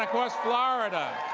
of course, florida.